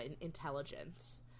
intelligence